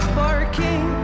barking